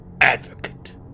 advocate